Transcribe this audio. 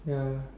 ya